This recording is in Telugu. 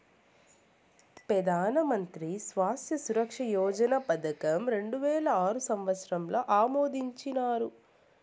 పెదానమంత్రి స్వాస్త్య సురక్ష యోజన పదకం రెండువేల ఆరు సంవత్సరంల ఆమోదించినారు